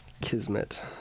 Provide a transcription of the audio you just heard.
Kismet